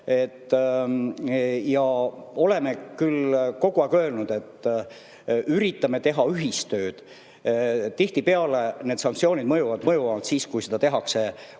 Oleme küll kogu aeg öelnud, et üritame teha ühistööd. Tihtipeale on sanktsioonid mõjuvamad siis, kui neid tehakse